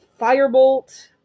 Firebolt